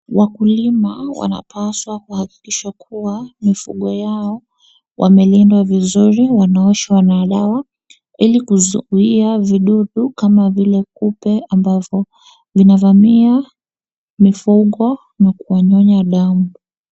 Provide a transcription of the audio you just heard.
Wakulima wanapaswa kuhakikisha kuwa mifugo yao wamelindwa vizuri ,wanaoshwa na dawa ,ili kuzuia vidudu kama vile kupe ambavyo vinavamia mifugo na kuwanyonya damu.